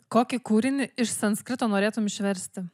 kokį kūrinį iš sanskrito norėtum išversti